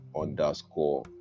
underscore